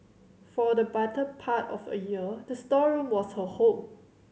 for the better part of a year the storeroom was her home